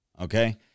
okay